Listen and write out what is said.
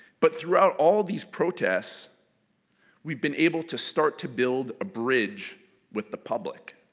but throughout all these protests we've been able to start to build a bridge with the public.